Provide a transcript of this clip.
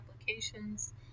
applications